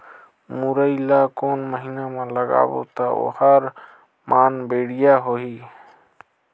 मुरई ला कोन महीना मा लगाबो ता ओहार मान बेडिया होही?